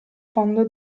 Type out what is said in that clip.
fondo